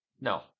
No